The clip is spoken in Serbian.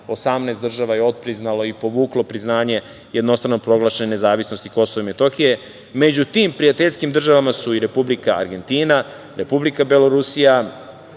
18 država je odpriznalo i povuklo priznanje jednostrano proglašene nezavisnosti Kosova i Metohije. Među tim prijateljskim državama su i Republika Argentina, Republika Belorusija,